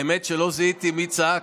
האמת היא שלא זיהיתי מי צעק,